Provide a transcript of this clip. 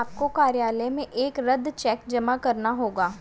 आपको कार्यालय में एक रद्द चेक जमा करना होगा